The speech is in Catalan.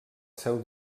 seu